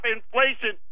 inflation